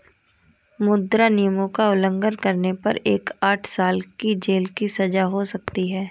मुद्रा नियमों का उल्लंघन करने पर आठ साल की जेल की सजा हो सकती हैं